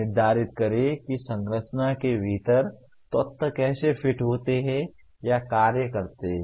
निर्धारित करें कि संरचना के भीतर तत्व कैसे फिट होते हैं या कार्य करते हैं